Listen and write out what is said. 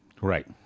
right